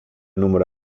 nummer